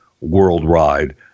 worldwide